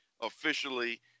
officially